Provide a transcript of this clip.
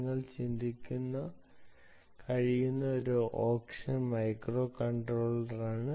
നിങ്ങൾക്ക് ചിന്തിക്കാൻ കഴിയുന്ന ഒരു ഓപ്ഷൻ മൈക്രോകൺട്രോളറുകളാണ്